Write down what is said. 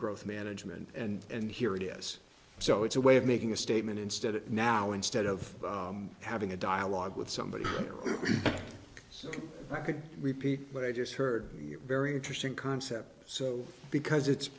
growth management and here it is so it's a way of making a statement instead it now instead of having a dialogue with somebody so i could repeat what i just heard a very interesting concept so because it's